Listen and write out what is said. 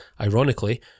ironically